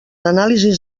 anàlisis